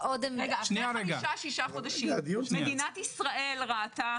אחרי חמישה-שישה חודשים מדינת ישראל ראתה,